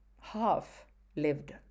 half-lived